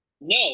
No